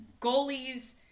Goalies